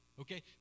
okay